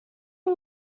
you